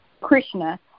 Krishna